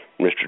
Mr